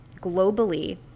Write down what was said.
globally